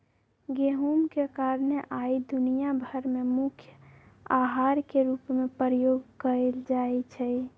गेहूम के कारणे आइ दुनिया भर में मुख्य अहार के रूप में प्रयोग कएल जाइ छइ